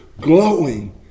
glowing